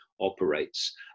operates